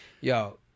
yo